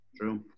True